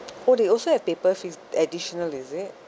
oh they also have papers it's additional is it